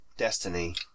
Destiny